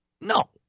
No